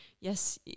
Yes